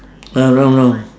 ah round round